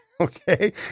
Okay